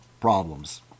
problems